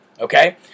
okay